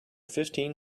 fifteen